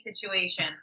situation